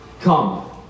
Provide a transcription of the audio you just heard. Come